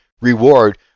reward